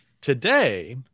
Today